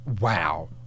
Wow